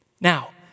Now